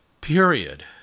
period